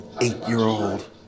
eight-year-old